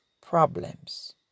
problems